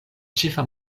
ĉefa